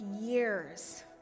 years